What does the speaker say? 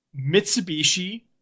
Mitsubishi